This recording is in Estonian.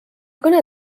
kõne